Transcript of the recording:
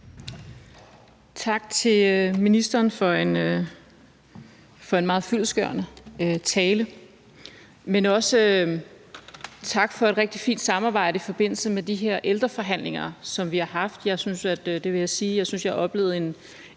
Tak til ministeren for en meget fyldestgørende tale, men også tak for et rigtig fint samarbejde i forbindelse med de her ældreforhandlinger, som vi har haft. Jeg vil sige, at jeg synes, vi